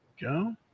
go